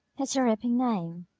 it's a ripping name.